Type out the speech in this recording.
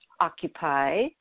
Occupy